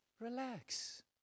relax